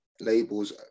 labels